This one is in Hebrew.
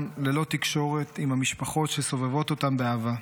ללא תקשורת עם המשפחות שסובבות אותם באהבה,